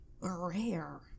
rare